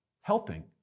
Helping